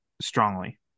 Strongly